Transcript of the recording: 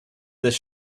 this